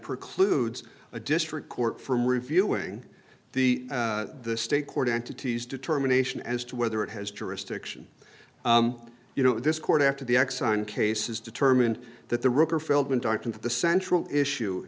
precludes a district court from reviewing the the state court entities determination as to whether it has jurisdiction you know this court after the exxon case is determined that the rubber feldman darkens of the central issue